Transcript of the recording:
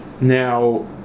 now